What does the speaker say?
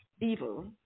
evil